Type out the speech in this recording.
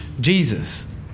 Jesus